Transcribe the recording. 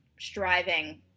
striving